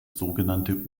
sogenannte